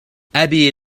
أبي